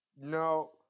No